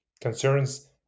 concerns